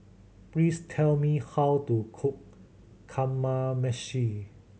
please tell me how to cook Kamameshi